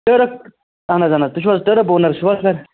turf اَہَن حظ اَہَن حظ تُہۍ چھُو حظ ٹٔرٕف اونَر چھُو حظ سَر